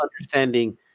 Understanding